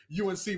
UNC